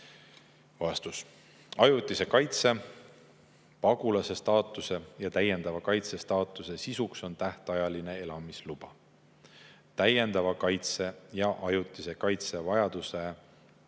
kaitse?" Ajutise kaitse, pagulase staatuse ja täiendava kaitse staatuse sisuks on tähtajaline elamisluba. Täiendava kaitse ja ajutise kaitse vajaduse alusel antava